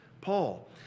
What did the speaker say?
Paul